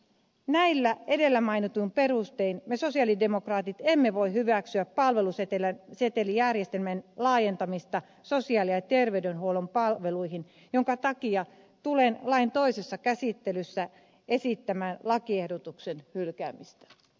näillä edellä mainitun perustein me sosialidemokraatit emme voi hyväksyä palvelusetelijärjestelmän laajentamista sosiaali ja terveydenhuollon palveluihin minkä takia tulen lain toisessa käsittelyssä esittämään lakiehdotuksen hylkäämistä